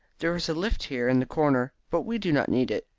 there is a lift here in the corner, but we do not need it.